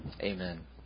amen